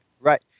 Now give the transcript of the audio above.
right